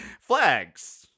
flags